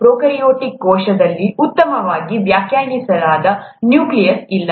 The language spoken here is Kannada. ಪ್ರೊಕಾರ್ಯೋಟಿಕ್ ಕೋಶದಲ್ಲಿ ಉತ್ತಮವಾಗಿ ವ್ಯಾಖ್ಯಾನಿಸಲಾದ ನ್ಯೂಕ್ಲಿಯಸ್ ಇಲ್ಲ